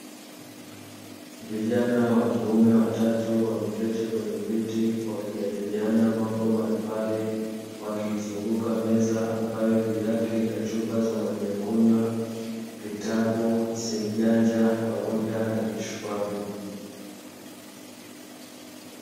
Vijana wa kiume watatu wameketi kwenye viti, wakijadiliana mambo mbalimbali wakizunguka meza ambayo juu yake ina chupa za maji ya kunywa, vitabu simu janja pamoja na kishikwambi.